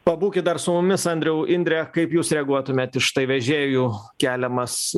pabūkit dar su mumis andriau indre kaip jūs reaguotumėt į štai vežėjų keliamas